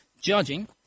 judging